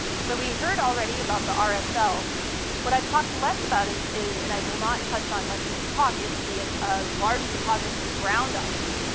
so we heard already about the rsl. so what i've talked less about is is and i will not touch on much in this talk is the ah large deposits of ground ice.